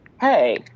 hey